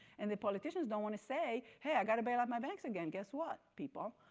and the politicians don't want to say. hey i've got to bail out my banks again guess what people.